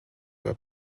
were